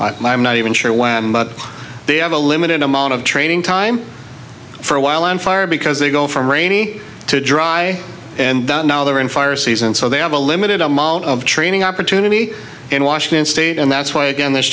i'm not even sure why but they have a limited amount of training time for a while on fire because they go from rainy to dry and now they're in fire season so they have a limited amount of training opportunity in washington state and that's why again this